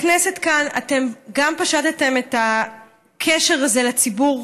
בכנסת כאן אתם גם פשטתם את הקשר הזה לציבור,